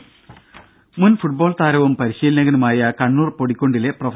രുര മുൻ ഫുട്ബോൾ താരവും പരിശീലകനുമായ കണ്ണൂർ പൊടിക്കുണ്ടിലെ പ്രൊഫ